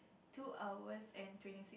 two hours and twenty six